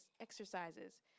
exercises